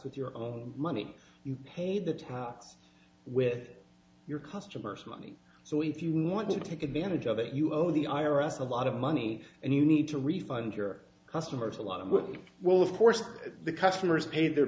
with your own money you paid the tots with your customers money so if you want to take advantage of it you owe the i r s a lot of money and you need to refund your customers a lot of well of course the customers paid their